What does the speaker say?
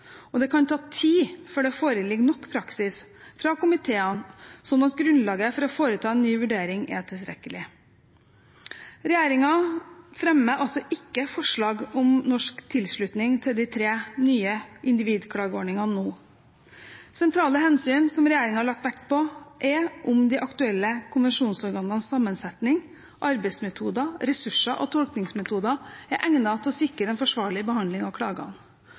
landene. Det kan ta tid før det foreligger nok praksis fra komiteene, slik at grunnlaget for å foreta en ny vurdering er tilstrekkelig. Regjeringen fremmer altså ikke forslag om norsk tilslutning til de tre nye individklageordningene nå. Sentrale hensyn som regjeringen har lagt vekt på, er om de aktuelle konvensjonsorganenes sammensetning, arbeidsmetoder, ressurser og tolkningsmetoder er egnet til å sikre en forsvarlig behandling av klagene